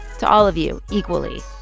to all of you equally,